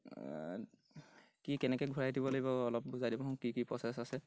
কি কেনেকৈ ঘূৰাই দিব লাগিব অলপ বুজাই দিবচোন কি কি প্ৰচেছ আছে